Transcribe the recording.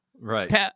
right